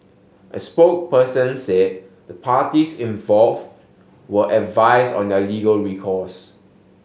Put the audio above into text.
a spokesperson said the parties involve were advise on their legal recourse